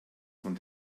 von